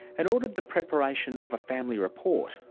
and ordered the preparation of a family report,